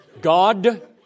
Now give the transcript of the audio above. God